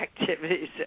activities